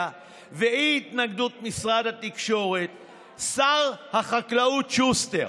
ואי-התנגדות משרד התקשורת שר החקלאות שוסטר